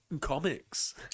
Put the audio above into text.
comics